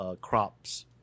crops